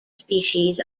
species